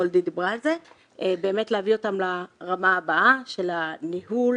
ולגרום גם להם להאמין בזה וברוך ה' הצלחנו לשכנע.